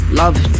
love